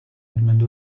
edmund